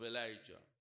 Elijah